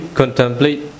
contemplate